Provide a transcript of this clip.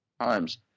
times